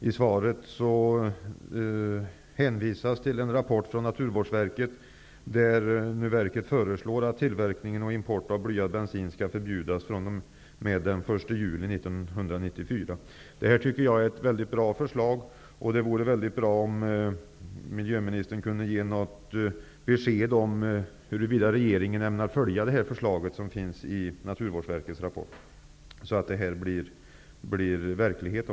I svaret hänvisas till en rapport från Naturvårdsverket där det föreslås att tillverkning och import av blyad bensin skall förbjudas fr.o.m. den 1 juli 1994. Detta är ett mycket bra förslag, och det vore mycket bra om miljöministern kunde ge något besked om huruvida regeringen ämnar följa detta förslag, så att detta blir verklighet.